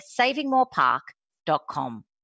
savingmorepark.com